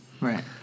right